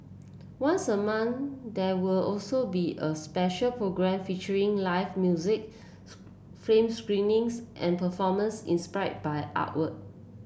once a month there will also be a special programme featuring live music film screenings and performance inspired by artwork